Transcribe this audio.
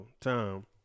time